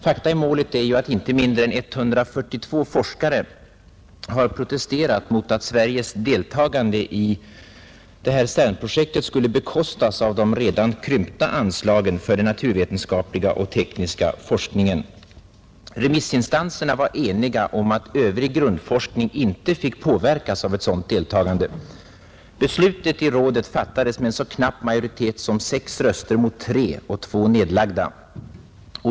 Fakta i målet är att inte mindre än 142 forskare har protesterat mot att Sveriges deltagande i CERN-projektet skulle bekostas av de redan krympta anslagen för den naturvetenskapliga och tekniska forskningen. Remissinstanserna var också eniga om att övrig grundforskning inte fick påverkas av ett sådant deltagande. Beslutet i rådet fattades med en så knapp majoritet som sex röster mot tre och två nedlagda.